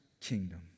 kingdom